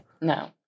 No